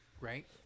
Right